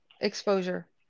Exposure